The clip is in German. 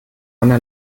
anna